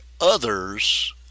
others